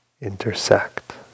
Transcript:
intersect